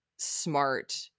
smart